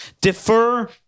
defer